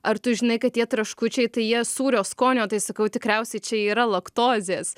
ar tu žinai kad tie traškučiai tai jie sūrio skonio tai sakau tikriausiai čia yra laktozės